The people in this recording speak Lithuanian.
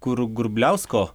kur grubliausko